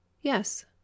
Yes